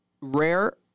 rare